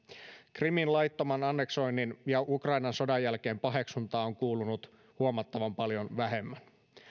krimin laittoman anneksoinnin ja ukrainan sodan jälkeen paheksuntaa on kuulunut huomattavan paljon vähemmän